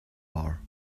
are